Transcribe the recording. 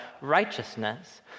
righteousness